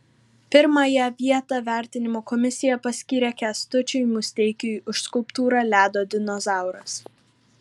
pirmąją vietą vertinimo komisija paskyrė kęstučiui musteikiui už skulptūrą ledo dinozauras